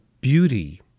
beauty